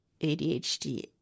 ADHD